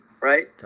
right